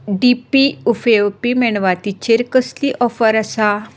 D P उफेवपी मेणवातीचेर कसली ऑफर आसा